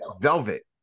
Velvet